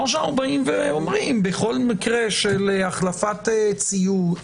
או שאנחנו באים ואומרים שבכל מקרה של החלפת ציוד.